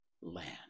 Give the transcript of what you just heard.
land